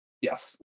Yes